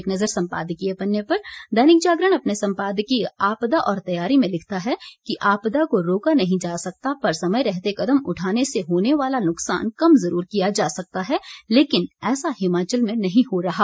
एक नजर सम्पादकीय पन्ने पर दैनिक जागरण अपने सम्पादकीय आपदा और तैयारी में लिखता है कि आपदा को रोका नहीं जा सकता पर समय रहते कदम उठाने से होने वाला नुकसान कम जरूर किया जा सकता है लेकिन ऐसा हिमाचल में नहीं हो रहा